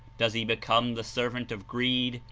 does he become the servant of greed,